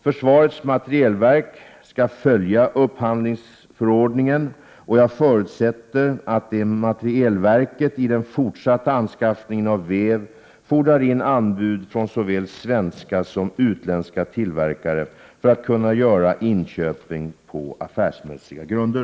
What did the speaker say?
Försvarets materielverk skall följa upphandlingsförordningen , och jag förutsätter att materielverket i den fortsatta anskaffningen av väv fordrar in anbud från såväl svenska som utländska tillverkare för att kunna göra inköpen på affärsmässiga grunder.